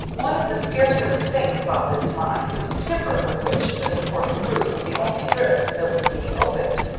one of the scarcest things about this mine was timber with which to support the roof of the only drift that was being opened.